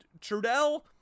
Trudell